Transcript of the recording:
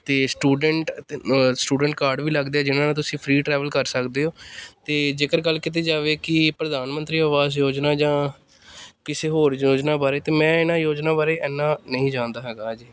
ਅਤੇ student student card ਵੀ ਲੱਗਦੇ ਜਿਹਨਾਂ ਨਾਲ ਤੁਸੀਂ ਫਰੀ ਟਰੈਵਲ ਕਰ ਸਕਦੇ ਹੋ ਅਤੇ ਜੇਕਰ ਗੱਲ ਕੀਤੀ ਜਾਵੇ ਕਿ ਪ੍ਰਧਾਨ ਮੰਤਰੀ ਆਵਾਸ ਯੋਜਨਾ ਜਾਂ ਕਿਸੇ ਹੋਰ ਯੋਜਨਾ ਬਾਰੇ ਤਾਂ ਮੈਂ ਇਹਨਾਂ ਯੋਜਨਾ ਬਾਰੇ ਇੰਨਾ ਨਹੀਂ ਜਾਣਦਾ ਹੈਗਾ ਜੀ ਅਜੇ